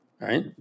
right